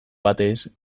batez